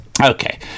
Okay